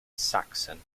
saxon